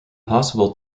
possible